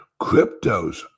Cryptos